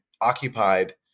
occupied